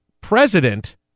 president